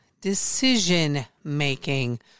decision-making